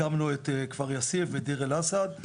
את כפר יאסיף ואת דיר אל אסד.